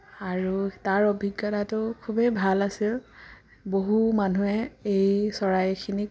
আৰু তাৰ অভিজ্ঞতাতো খুবেই ভাল আছিল বহু মানুহে এই চৰাইখিনিক